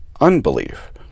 unbelief